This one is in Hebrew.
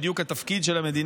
זה בדיוק התפקיד של המדינה.